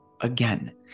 again